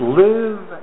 live